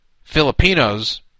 Filipinos